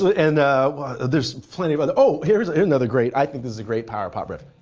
and there's plenty of other oh. here's another great i think this a great power pop riff.